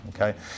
Okay